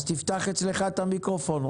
כל הכבוד לכם על המאבק הזה.